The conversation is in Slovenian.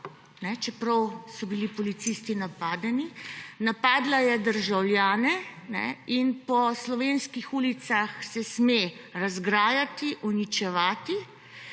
čeprav so bili policisti napadeni. Napadla je državljane in po slovenskih ulicah se sme razgrajati, uničevati.